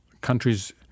countries